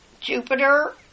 Jupiter